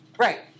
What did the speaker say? Right